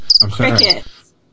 Crickets